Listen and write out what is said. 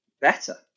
better